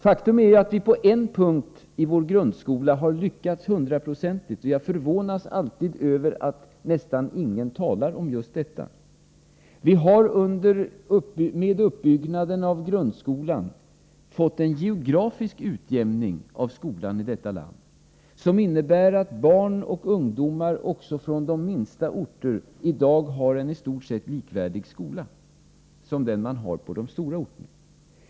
Faktum är att vi på en punkt i vår grundskola har lyckats hundraprocentigt — och jag förvånas alltid över att nästan ingen talar om just detta. Vi har med uppbyggnaden av grundskolan fått en geografisk utjämning av skolan i detta land. Den innebär att barn och ungdomar också från de minsta orter i dag har en skola som är i stort sett likvärdig med den man har på de stora orterna.